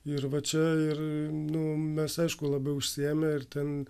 ir va čia ir nu mes aišku labiau užsiėmę ir ten